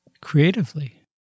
creatively